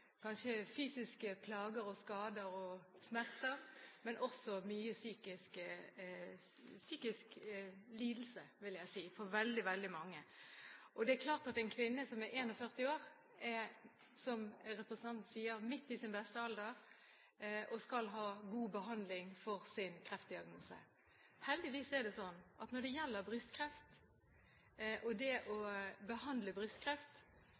fysiske plager, skader og smerter, men også til mye psykisk lidelse – vil jeg si – for veldig mange. Det er klart at en kvinne som er 41 år, er, som representanten sier, midt i sin beste alder og skal ha god behandling for sin kreftdiagnose. Heldigvis er det slik at når det gjelder det å behandle